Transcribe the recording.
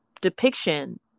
depiction